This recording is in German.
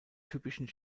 typischen